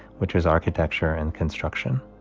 which was architecture and construction